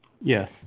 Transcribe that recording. Yes